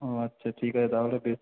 ও আচ্ছা ঠিক আছে তাহলে বেশ